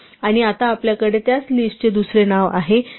आणि आता आपल्याकडे त्याच लिस्टचे दुसरे नाव आहे म्हणजे list 2